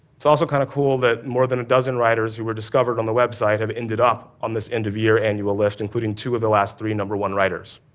it's also kind of cool that more than a dozen writers who were discovered on the website have ended up on this end-of-year annual list, including two of the last three number one writers.